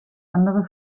andere